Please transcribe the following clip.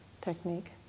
technique